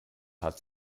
hat